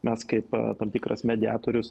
mes kaip tam tikras mediatorius